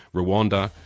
rwanda,